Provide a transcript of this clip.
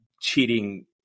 cheating